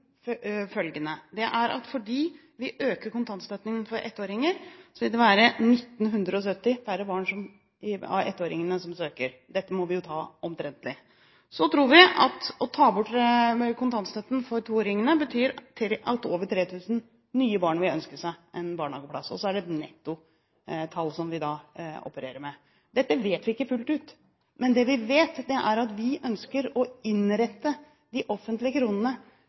vi at det å ta bort kontantstøtten for toåringene, betyr at over 3 000 nye barn vil ønske seg en barnehageplass – og det er et nettotall som vi da opererer med. Dette vet vi ikke fullt ut. Men det vi vet, er at vi ønsker å innrette de offentlige kronene